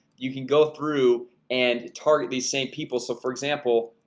you can go through and target these same people so for example,